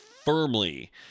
firmly